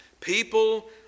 People